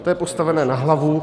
To je postavené na hlavu.